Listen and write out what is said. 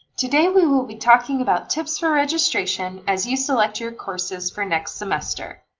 today we will be talking about tips for registration as you select your courses for next semester.